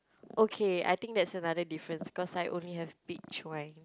okay I think that's another difference cause I only have peach wine